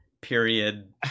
period